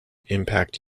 impact